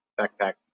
backpack